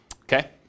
Okay